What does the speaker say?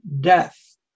death